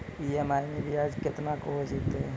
EMI मैं ब्याज केतना हो जयतै?